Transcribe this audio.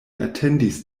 atendis